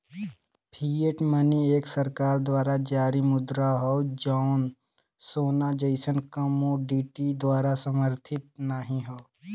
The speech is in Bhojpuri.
फिएट मनी एक सरकार द्वारा जारी मुद्रा हौ जौन सोना जइसन कमोडिटी द्वारा समर्थित नाहीं हौ